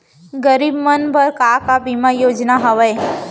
गरीब मन बर का का बीमा योजना हावे?